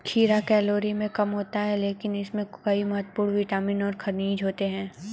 खीरा कैलोरी में कम होता है लेकिन इसमें कई महत्वपूर्ण विटामिन और खनिज होते हैं